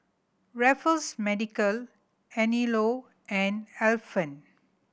Raffles Medical Anello and Alpen